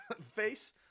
face